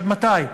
עד מתי?